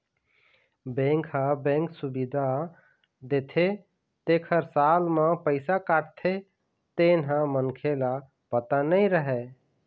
bank ह bank सुबिधा देथे तेखर साल म पइसा काटथे तेन ह मनखे ल पता नइ रहय